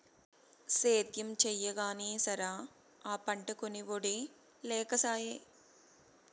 సేద్యం చెయ్యగానే సరా, ఆ పంటకొనే ఒడే లేకసాయే